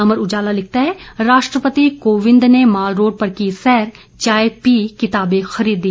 अमर उजाला लिखता है राष्ट्रपति कोविंद ने मालरोड पर की सैर चाय पी किताबे खरीदी